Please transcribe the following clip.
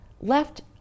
left